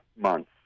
months